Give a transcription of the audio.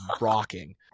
rocking